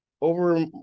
over